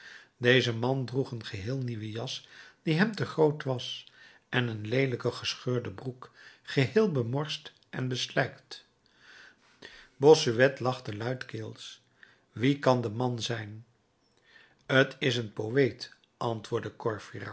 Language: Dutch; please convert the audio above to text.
deze man droeg een geheel nieuwe jas die hem te groot was en een leelijke gescheurde broek geheel bemorst en beslijkt bossuet lachte luidkeels wie kan de man zijn t is een poëet antwoordde